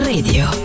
Radio